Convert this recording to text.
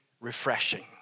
refreshing